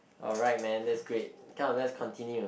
alright man that's great come let's continue